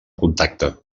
contacte